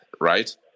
right